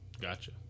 Gotcha